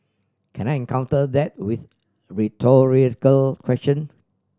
can I in counter that with rhetorical question